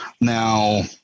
Now